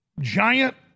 giant